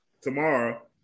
tomorrow